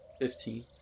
Fifteen